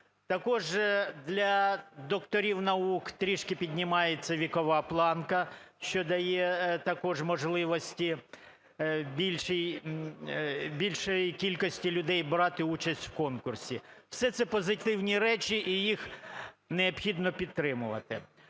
Також для докторів наук трішки піднімається вікова планка, що дає також можливості більшій кількості людей брати участь в конкурсі. Все це позитивні речі і їх необхідно підтримувати.